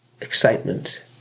excitement